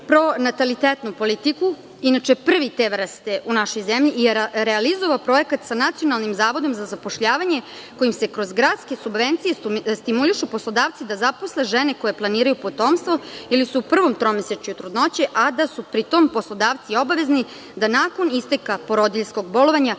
pronatalitetnu politiku, inače te vrste u našoj zemlji i realizovao projekat sa nacionalnim Zavodom za zapošljavanje, kojim se kroz gradske subvencije stimulišu poslodavci da zaposle žene koje planiraju potomstvo ili su u prvom tromesečju trudnoće, a da su pri tom u obavezi poslodavci da nakon isteka porodiljskog bolovanja